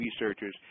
researchers